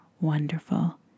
wonderful